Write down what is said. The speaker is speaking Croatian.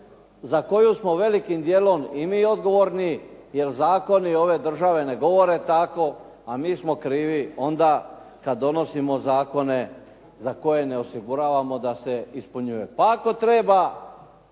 za koju smo velikim dijelom i mi odgovorni jer zakoni ove države ne govore tako, a mi smo krivi onda kad donosimo zakone za koje ne osiguravamo da se ispunjavaju. Pa ako treba